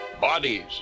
Bodies